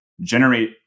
generate